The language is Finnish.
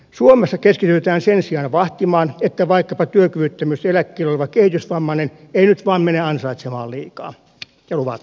suomessa keskitytään sen sijaan vahtimaan että vaikkapa työkyvyttömyyseläkkeellä oleva kehitysvammainen ei nyt vain mene ansaitsemaan liikaa ja luvattomasti